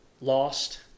lost